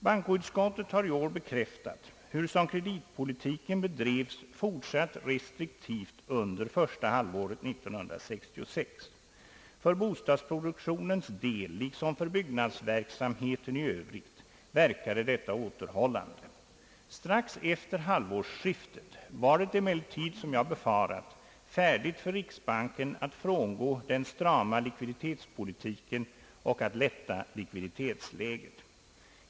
Bankoutskottet har i år bekräftat hurusom kreditpolitiken bedrevs fortsatt restriktivt under första halvåret 1966. För bostadsproduktionens del liksom för byggnadsverksamheten i övrigt verkade detta återhållande. Strax efter halvårsskiftet var det emellertid, som jag befarat, färdigt för riksbanken att frångå den strama likviditetspolitiken och att lätta likviditetsläget.